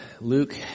Luke